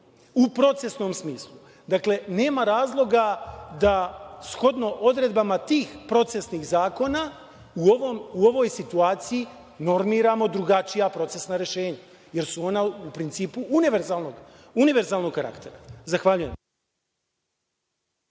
u procesnom smislu. Dakle, nema razloga da shodno odredbama tih procesnih zakona u ovoj situaciji normiramo drugačija procesna rešenja, jer su ona u principu univerzalnog karaktera. Zahvaljujem.